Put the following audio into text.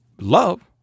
Love